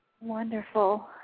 wonderful